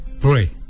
pray